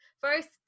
first